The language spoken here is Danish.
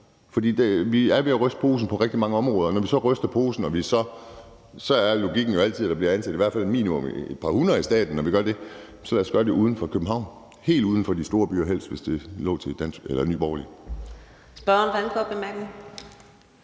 For vi er ved at ryste posen på rigtig mange områder, og når vi så ryster posen, er logikken jo altid, at der i hvert fald som minimum bliver ansat et par hundrede i staten. Så lad os gøre det uden for København og helst helt uden for de store byer, hvis det stod til Nye Borgerlige.